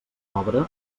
pobre